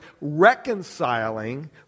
reconciling